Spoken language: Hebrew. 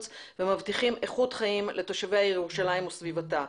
ומבטיחים איכות חיים לתושבי העיר ירושלים וסביבתה.